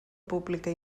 pública